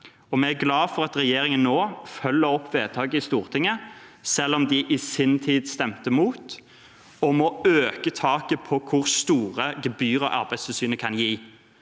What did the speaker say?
Vi er glade for at regjeringen nå følger opp vedtak i Stortinget, selv om man i sin tid stemte imot å øke taket på hvor store gebyrer Arbeidstilsynet kan gi.